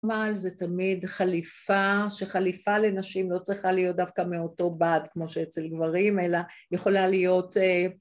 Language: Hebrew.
זה תמיד חליפה, שחליפה לנשים לא צריכה להיות דווקא מאותו בד כמו שאצל גברים, אלא יכולה להיות